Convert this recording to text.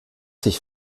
sich